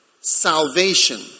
salvation